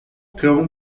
cão